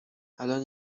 الان